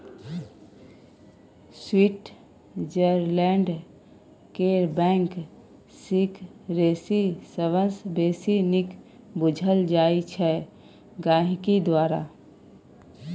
Switzerland केर bank secrecy सबसँ बेसी नीक बुझल जाइ छै गांहिकी द्वारा